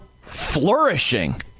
flourishing